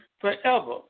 forever